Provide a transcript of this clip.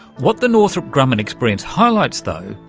what the northrop grumman experience highlights, though,